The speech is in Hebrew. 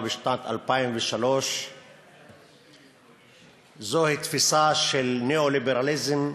בשנת 2003. זוהי תפיסה של ניאו-ליברליזם קיצוני,